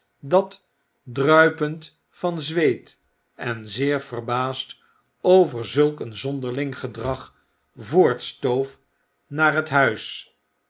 dat druipend van zweet en zeer verbaasd over zulk een zonderling gedrag voortstoof naar het huis